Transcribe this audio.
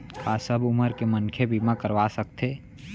का सब उमर के मनखे बीमा करवा सकथे?